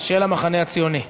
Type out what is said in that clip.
של המחנה הציוני.